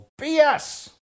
BS